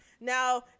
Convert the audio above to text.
now